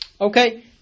Okay